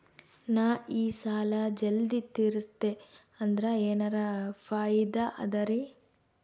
ನಾ ಈ ಸಾಲಾ ಜಲ್ದಿ ತಿರಸ್ದೆ ಅಂದ್ರ ಎನರ ಫಾಯಿದಾ ಅದರಿ?